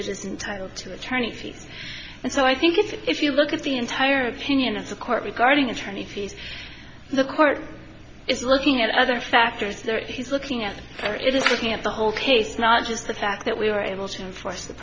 entitle to attorney fees and so i think if you look at the entire opinion of the court regarding attorney fees the court is looking at other factors that he's looking at it isn't the whole case not just the fact that we were able to enforce the